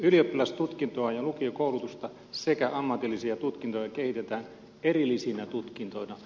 ylioppilastutkintoa ja lukiokoulutusta sekä ammatillisia tutkintoja kehitetään erillisinä tutkintoina